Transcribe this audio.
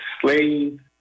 slave